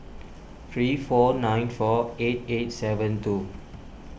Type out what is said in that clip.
three four nine four eight eight seven two